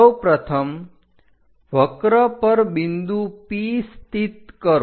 સૌપ્રથમ વક્ર પર બિંદુ P સ્થિત કરો